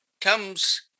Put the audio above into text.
comes